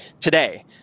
today